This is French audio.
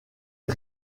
est